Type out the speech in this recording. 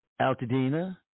Altadena